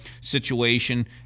situation